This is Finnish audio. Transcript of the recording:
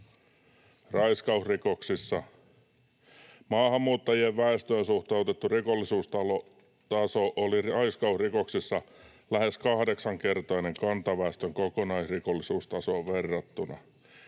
Raiskausrikoksissa maahanmuuttajien väestöön suhteutettu rikollisuustaso oli lähes kahdeksankertainen kantaväestön kokonaisrikollisuustasoon verrattuna.